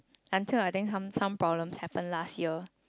until I think some some problems happen last year